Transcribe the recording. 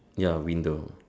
ya window